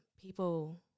people